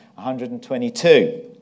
122